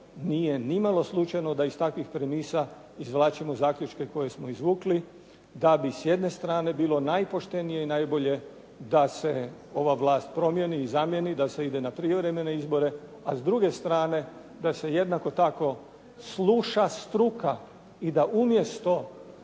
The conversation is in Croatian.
nije nimalo slučajno da iz takvih premisa izvlačimo zaključke koje smo izvukli da bi s jedne strane bile najpoštenije i najbolje da se ova vlast promijeni i zamijeni, da se ide na prijevremene izbore, a s druge strane da se jednako tako sluša struka. I da umjesto